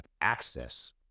access